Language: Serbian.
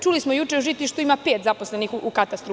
Čuli smo juče u Žitištu, ima pet zaposlenih u katastru.